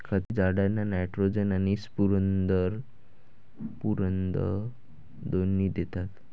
खते झाडांना नायट्रोजन आणि स्फुरद दोन्ही देतात